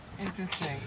Interesting